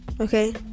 okay